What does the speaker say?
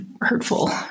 hurtful